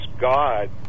god